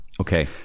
Okay